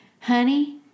Honey